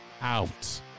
out